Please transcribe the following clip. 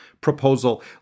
proposal